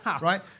Right